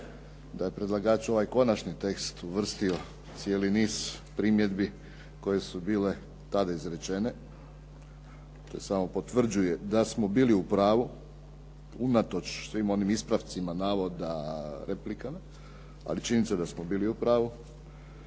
da je predlagač u ovaj konačni tekst uvrstio cijeli niz primjedbi koje su tada bile izrečene. To samo potvrđuje da smo bili u pravu unatoč svim onim ispravcima navoda, replikama ali činjenica da smo bili u pravu.